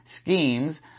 schemes